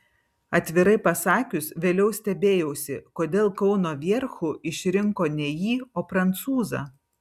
atvirai pasakius vėliau stebėjausi kodėl kauno vierchu išrinko ne jį o prancūzą